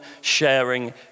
sharing